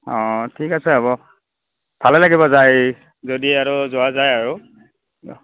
অ ঠিক আছে হ'ব ভালে লাগিব যাই যদি আৰু যোৱা যায় আৰু